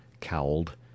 cowled